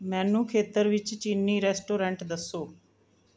ਮੈਨੂੰ ਖੇਤਰ ਵਿੱਚ ਚੀਨੀ ਰੈਸਟੋਰੈਂਟ ਦੱਸੋ